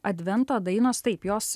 advento dainos taip jos